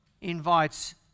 invites